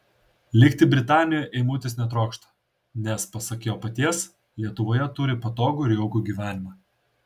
likti britanijoje eimutis netrokšta nes pasak jo paties lietuvoje turi patogų ir jaukų gyvenimą